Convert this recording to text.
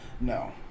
No